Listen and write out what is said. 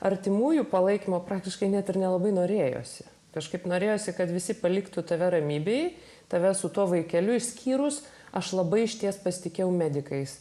artimųjų palaikymo praktiškai net ir nelabai norėjosi kažkaip norėjosi kad visi paliktų tave ramybėje tave su tuo vaikeliu išskyrus aš labai išties pasitikėjau medikais